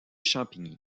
champigny